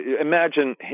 imagine